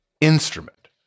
instrument